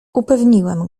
upewniłem